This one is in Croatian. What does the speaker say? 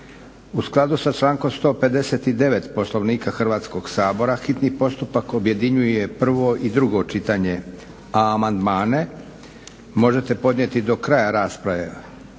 U skladu sa člankom 159. Poslovnika Hrvatskog sabora hitni postupak objedinjuje prvo i drugo čitanje. Amandmane možete podnijeti do kraja rasprave